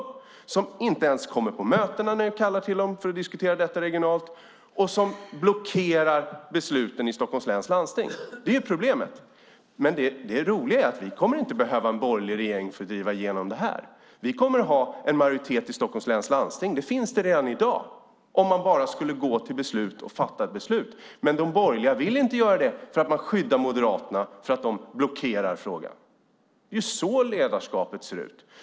De kommer inte ens på mötena när vi kallar på dem för att diskutera frågan regionalt, och de blockerar besluten i Stockholms läns landsting. Det är problemet. Men det roliga är att vi inte kommer att behöva en borgerlig regering för att driva igenom det här. Vi kommer att ha en majoritet i Stockholms läns landsting. Det finns det redan i dag, om man bara skulle gå till beslut och fatta ett beslut. Men de borgerliga vill inte göra det därför att de skyddar Moderaterna, som blockerar frågan. Det är så ledarskapet ser ut.